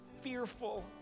fearful